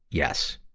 yes,